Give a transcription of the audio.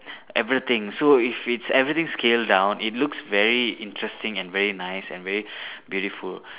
everything so if it's everything scale down it looks very interesting and very nice and very beautiful